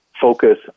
focus